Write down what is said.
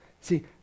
See